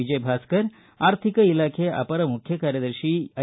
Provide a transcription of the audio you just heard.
ವಿಜಯಭಾಸ್ಕರ್ ಆರ್ಥಿಕ ಇಲಾಖೆ ಅಪರ ಮುಖ್ಯ ಕಾರ್ಯದರ್ತಿ ಐ